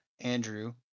Andrew